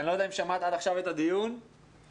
אני לא יודע אם שמעת את הדיון עד עכשיו